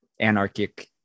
anarchic